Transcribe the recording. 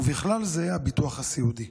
ובכלל זה הביטוח הסיעודי.